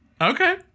Okay